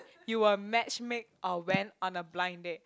you will matchmake or when on a blind date